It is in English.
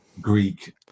Greek